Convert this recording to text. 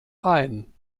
ein